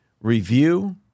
review